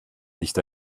nicht